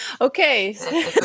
Okay